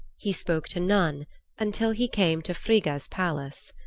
he spoke to none until he came to frigga's palace.